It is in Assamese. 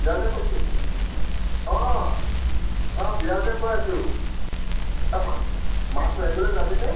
বিৰাজে কৈছো অঁ অঁ বিৰাজে কৈ আছো মাছ মাছ মাৰিবলৈ যাবিনে